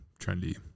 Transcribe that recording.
trendy